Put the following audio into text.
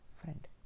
friend